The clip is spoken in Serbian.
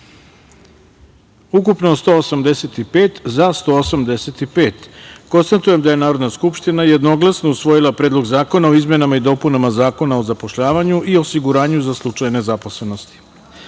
poslanika. Konstatujem da je Narodna skupština jednoglasno usvojila Predlog zakona o izmenama i dopunama Zakona o zapošljavanju i osiguranju za slučaj nezaposlenosti. Druga